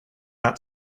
not